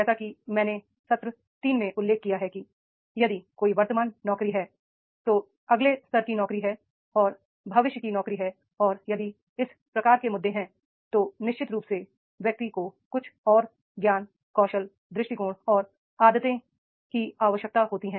जैसा कि मैंने सत्र 3 में उल्लेख किया है कि यदि कोई वर्तमान नौकरी है तो अगले स्तर की नौकरी है और भविष्य की नौकरी है और यदि इस प्रकार के मुद्दे हैं तो निश्चित रूप से व्यक्ति को कुछ और ज्ञान कौशल दृष्टिकोण और आदतें की आवश्यकता होती है